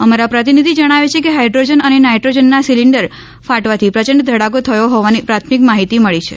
અમારા પ્રતિનિધિ જણાવે છે કે હાઇડ્રોજન અને નાઇટ્રોજનના સિલિન્ડર ફાટવાથી પ્રચંડ ધડાકો થથો હોવાની પ્રાથમિક માહીતી મળી છે